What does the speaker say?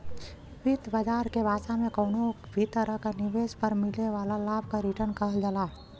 वित्त बाजार के भाषा में कउनो भी तरह निवेश पर मिले वाला लाभ क रीटर्न कहल जाला